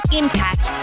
impact